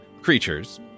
creatures